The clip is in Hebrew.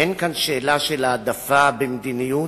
אין כאן שאלה של העדפה במדיניות.